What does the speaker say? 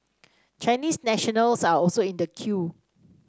Chinese nationals are also in the queue